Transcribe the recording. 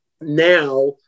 now